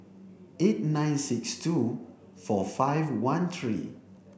eight nine six two four five one three